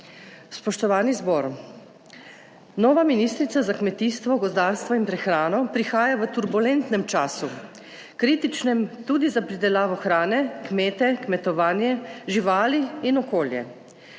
Spoštovani zbor! Nova ministrica za kmetijstvo, gozdarstvo in prehrano prihaja v turbulentnem času, kritičnem tudi za pridelavo hrane, kmete, kmetovanje živali in okolje.